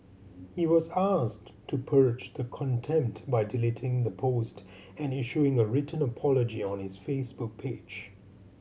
he was asked to purge the contempt by deleting the post and issuing a written apology on his Facebook page